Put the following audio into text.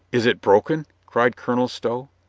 is it broken? cried colonel stow,